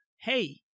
Hey